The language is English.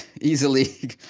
easily